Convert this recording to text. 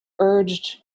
urged